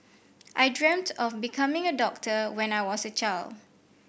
I dreamt of becoming a doctor when I was a child